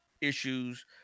issues